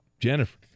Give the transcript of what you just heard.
Jennifer